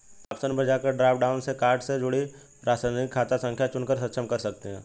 option पर जाकर drop down से कार्ड से जुड़ी प्रासंगिक खाता संख्या चुनकर सक्षम कर सकते है